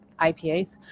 IPAs